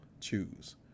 choose